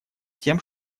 тем